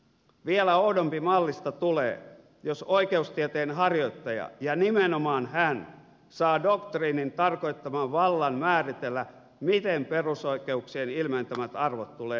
vielä oudompi mallista tulee jos oikeustieteen harjoittaja ja nimenomaan hän saa doktriinin tarkoittaman vallan määritellä miten perusoikeuksien ilmentämät arvot tulee ymmärtää